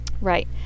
right